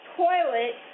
toilet